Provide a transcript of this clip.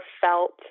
felt